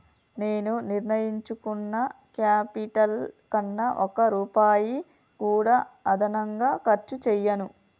నేను నిర్ణయించుకున్న క్యాపిటల్ కన్నా ఒక్క రూపాయి కూడా అదనంగా ఖర్చు చేయను